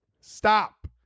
Stop